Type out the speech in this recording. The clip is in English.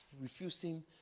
refusing